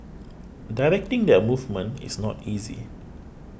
directing their movement is not easy